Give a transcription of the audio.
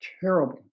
terrible